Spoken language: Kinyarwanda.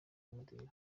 umudiho